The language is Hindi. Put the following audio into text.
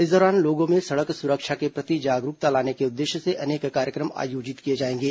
इस दौरान लोगों में सड़क सुरक्षा के प्रति जागरूकता लाने के उद्देश्य से अनेक कार्यक्रम आयोजित किए जाएंगे